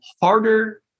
harder